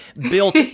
built